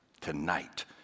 Tonight